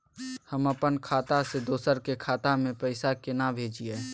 हम अपन खाता से दोसर के खाता में पैसा केना भेजिए?